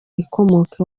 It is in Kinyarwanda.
ikomoka